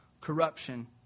corruption